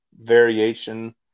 variation